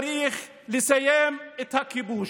צריך לסיים את הכיבוש.